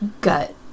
gut